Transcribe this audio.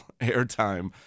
airtime